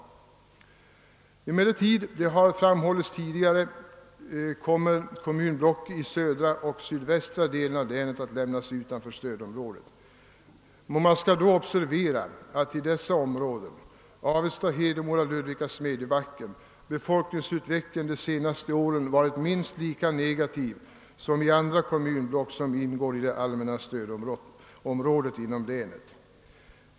Som tidigare framhållits kommer emellertid några kommunblock i den södra och sydvästra delen av länet att lämnas utanför stödområdet. Man skall observera att i dessa områden — Avesta, Hedemora, Ludvika och Smedjebacken — befolkningsutvecklingen under de senaste åren varit minst lika negativ som i andra kommunblock som ingår i det allmänna stödområdet inom länet.